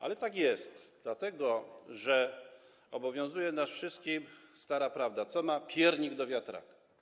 Ale tak jest, dlatego że obowiązuje nas wszystkich stara prawda - co ma piernik do wiatraka.